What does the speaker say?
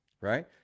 right